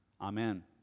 Amen